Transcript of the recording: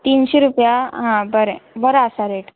तिनशी रुपया आ बरें बरो आसा रेट